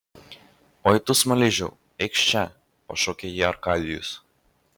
oi tu smaližiau eikš čia pašaukė jį arkadijus